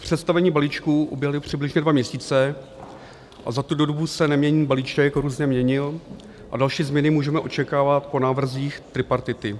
Od představení balíčku uběhly přibližně dva měsíce a za tu dobu se neměnný balíček různě měnil a další změny můžeme očekávat po návrzích tripartity.